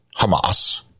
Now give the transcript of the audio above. Hamas